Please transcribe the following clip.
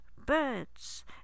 birds